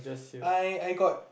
I I got